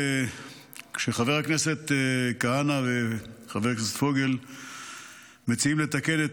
חבר הכנסת כהנא וחבר הכנסת פוגל מציעים לתקן את